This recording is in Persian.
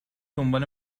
دنبال